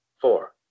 four